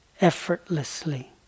effortlessly